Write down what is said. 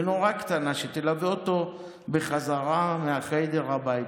מנורה קטנה שתלווה אותו מהחיידר חזרה הביתה.